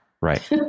right